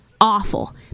awful